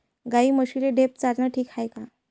गाई म्हशीले ढेप चारनं ठीक हाये का?